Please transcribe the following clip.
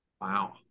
wow